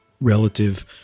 relative